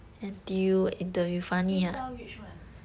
A star which one